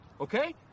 okay